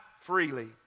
freely